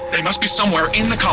they must be somewhere in the